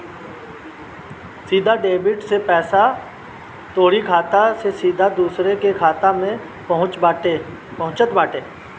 सीधा डेबिट से पईसा तोहरी खाता से सीधा दूसरा के खाता में पहुँचत बाटे